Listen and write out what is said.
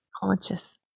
Conscious